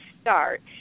start